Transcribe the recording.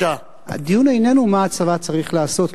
הדיון איננו מה הצבא צריך לעשות,